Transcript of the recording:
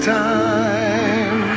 time